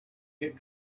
get